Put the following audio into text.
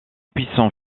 puissant